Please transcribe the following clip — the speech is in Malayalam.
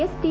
S T